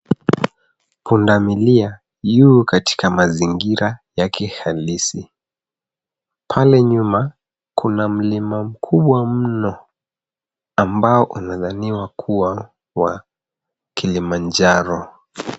Pundamilia yu katika mazingira yake halisi. Pale nyuma, kuna mlima mkubwa mno ambao unadhaniwa kuwa wa Kilimanjaro.